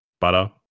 butter